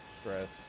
stress